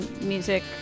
music